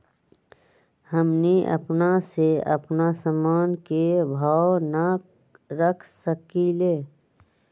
हमनी अपना से अपना सामन के भाव न रख सकींले?